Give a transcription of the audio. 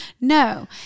No